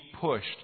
pushed